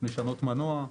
לשנות מנוע,